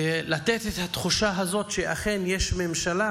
לתת את התחושה הזאת שאכן יש ממשלה